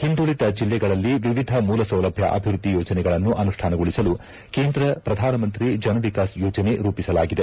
ಹಿಂದುಳಿದ ಜಿಲ್ಲೆಗಳಲ್ಲಿ ವಿವಿಧ ಮೂಲಸೌಲಭ್ಯ ಅಭಿವೃದ್ಧಿ ಯೋಜನೆಗಳನ್ನು ಅನುಷ್ಠಾನಗೊಳಿಸಲು ಕೇಂದ್ರ ಪ್ರಧಾನಮಂತ್ರಿ ಜನವಿಕಾಸ್ ಯೋಜನೆ ರೂಪಿಸಲಾಗಿದೆ